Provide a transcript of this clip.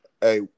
Hey